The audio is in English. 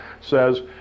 says